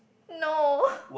no